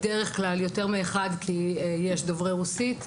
בדרך כלל יותר מאחד כי יש צורך בדוברי שפות שונות.